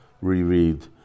reread